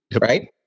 right